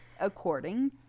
according